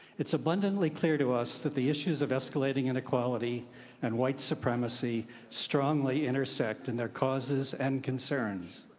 it's abundantly clear to us that the issues of escalating inequality and white supremacy strongly intersect in their causes and concerns.